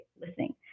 listening